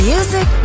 Music